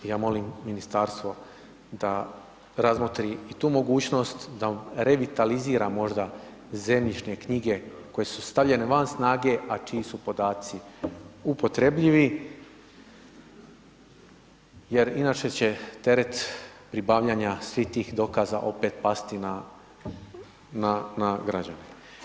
Ja molim ministarstvo da razmotri tu mogućnost, da on revitalizira možda zemljišne knjige, koje su stavljene van snage, a čiji su podaci upotrebljivi, jer inače će teret pribavljanja svih tih dokaza opet pasti na građane.